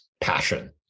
passion